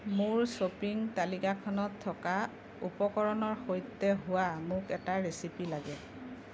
মোৰ শ্ব'পিং তালিকাখনত থকা উপকৰণৰ সৈতে হোৱা মোক এটা ৰেচিপি লাগে